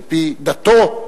על-פי דתו.